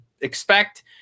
expect